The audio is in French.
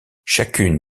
chacune